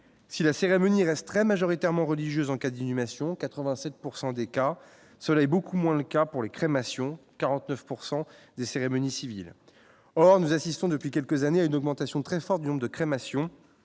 si la cérémonie hélas très majoritairement religieux en cas d'inhumation 87 pourcent des cas cela est beaucoup moins le cas pour les crémations 49 pourcent des cérémonies civiles, or nous assistons depuis quelques années une augmentation très forte du nombre de crémations